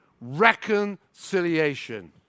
Reconciliation